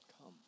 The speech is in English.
Come